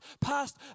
past